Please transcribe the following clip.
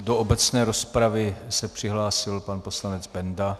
Do obecné rozpravy se přihlásil pan poslanec Benda.